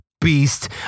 beast